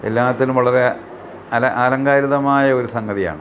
എല്ലാത്തിനും വളരെ അല അലങ്കാരിതമായ ഒരു സംഗതിയാണ്